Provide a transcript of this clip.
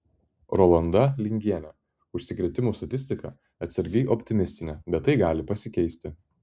rolanda lingienė užsikrėtimų statistika atsargiai optimistinė bet tai gali pasikeisti